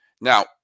Now